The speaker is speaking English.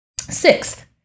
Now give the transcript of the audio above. Sixth